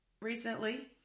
recently